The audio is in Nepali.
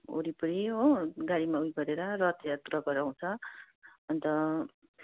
वरिपरि हो गाडीमा उयो गरेर रथयात्रा गराउँछ अन्त